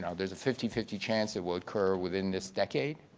and there's a fifty fifty chance it will occur within this decade.